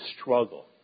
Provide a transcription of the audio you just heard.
struggle